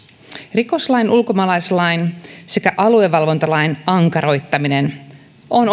rikoslain ulkomaalaislain sekä aluevalvontalain ankaroittaminen on